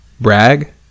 Brag